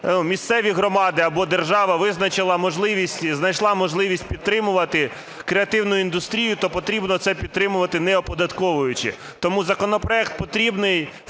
місцеві громади або держава визначила можливість і знайшла можливість підтримувати креативну індустрію, то потрібно це підтримувати не оподатковуючи. Тому законопроект потрібний,